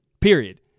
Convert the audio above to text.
period